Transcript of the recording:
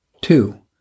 Two